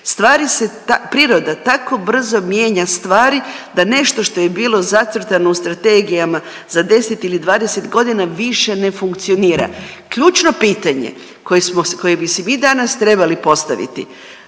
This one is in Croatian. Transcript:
priroda tako brzo mijenja stvari da nešto što je bilo zacrtano u strategijama za 10 ili 20 godina više ne funkcionira. Ključno pitanje koje bi si mi danas trebali postaviti